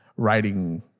writing